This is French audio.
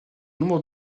nombre